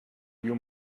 you